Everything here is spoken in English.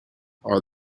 are